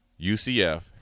UCF